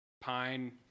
Pine